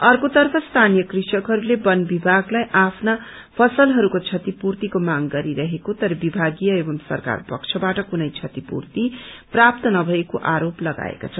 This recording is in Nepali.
अर्कोतर्फ स्थानीय कृषकहरूले वन विभागलाई आफ्ना फसलहरूको बतिपूर्तीको माग गरिरहेको तर विभागीय एवं सरकार पक्षबाट कुनै क्षतिपूर्ती प्राप्त नभएको आरोप तगाएका छन्